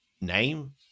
name